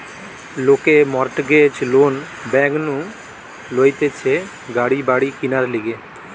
লোকে mortgage loan bank নু লইতেছে গাড়ি বাড়ি কিনার লিগে